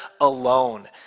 alone